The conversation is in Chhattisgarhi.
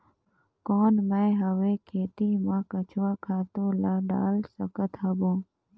कौन मैं हवे खेती मा केचुआ खातु ला डाल सकत हवो?